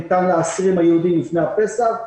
ניתן לאסירים היהודיים לפני הפסח,